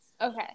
okay